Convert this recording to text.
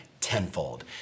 tenfold